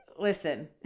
listen